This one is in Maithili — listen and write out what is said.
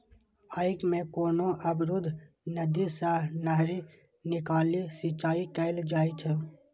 अय मे कोनो अवरुद्ध नदी सं नहरि निकालि सिंचाइ कैल जाइ छै